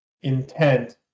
intent